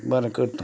हय बरें करता